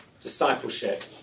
discipleship